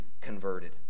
converted